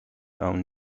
own